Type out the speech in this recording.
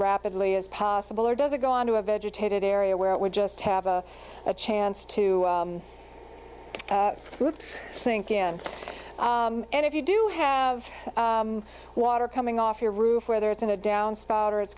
rapidly as possible or does it go onto a vegetated area where it would just have a chance to groups sink in and if you do have water coming off your roof whether it's in a down spot or it's